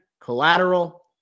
Collateral